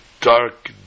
dark